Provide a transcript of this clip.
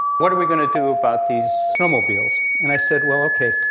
what are we going to do about these snowmobiles? and i said, well, okay.